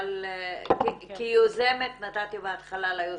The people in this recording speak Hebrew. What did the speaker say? אבל נתתי בהתחלה ליוזמות.